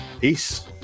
Peace